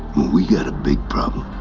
we got a big problem.